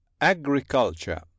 Agriculture